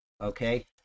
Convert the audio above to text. okay